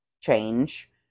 change